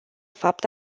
fapt